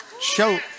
show